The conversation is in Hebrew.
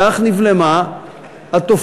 כך נבלמה התופעה.